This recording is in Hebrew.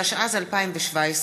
התשע"ז 2017,